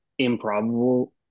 improbable